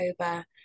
October